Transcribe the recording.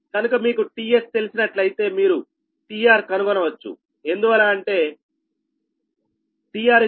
కనుక మీకు tSతెలిసినట్లయితే మీరు tR కనుగొనవచ్చు ఎందువల్ల అంటే tR1tSకాబట్టి